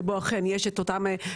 שבו אכן יש את הקנאביס,